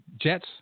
Jets